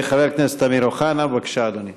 חבר הכנסת אמיר אוחנה, בבקשה, אדוני.